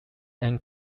and